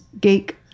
geek